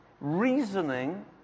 reasoning